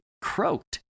croaked